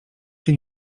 się